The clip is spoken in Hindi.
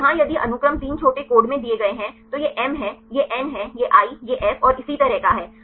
यहां यदि अनुक्रम तीन छोटे कोड में दिए गए हैं तो यह M है यह N है यह I यह F और इसी तरह का है